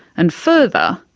and further,